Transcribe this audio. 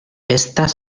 estas